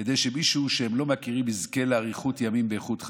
כדי שמישהו שהם לא מכירים יזכה לאריכות ימים באיכות חיים,